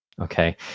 okay